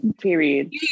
Period